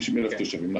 תושבים.